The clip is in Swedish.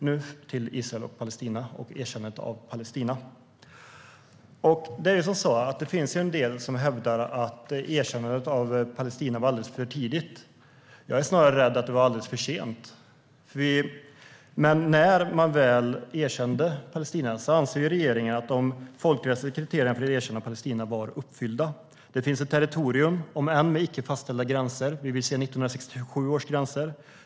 Nu till Israel och erkännandet av Palestina. Det finns en del som hävdar att erkännandet av Palestina var alldeles för tidigt. Jag är snarare rädd att det var alldeles för sent. När regeringen väl erkände Palestina ansåg regeringen att de folkrättsliga kriterierna för att erkänna Palestina var uppfyllda. Det finns ett territorium, om än med icke fastställda gränser - vi vill se 1967 års gränser.